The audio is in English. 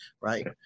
Right